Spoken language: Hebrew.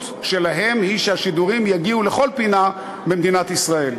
שלהן היא שהשידורים יגיעו לכל פינה במדינת ישראל.